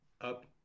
up